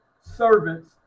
servants